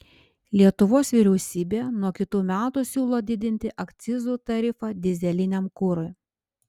lietuvos vyriausybė nuo kitų metų siūlo didinti akcizų tarifą dyzeliniam kurui